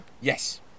Yes